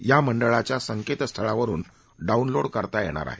या मंडळाच्या संकेतस्थळावरुन डाऊनलोड करता येणार आहे